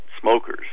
smokers